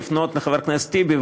לפנות לחבר הכנסת טיבי,